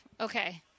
okay